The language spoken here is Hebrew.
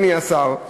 אדוני השר,